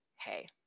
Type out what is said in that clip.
hey